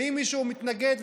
ואם מישהו מתנגד,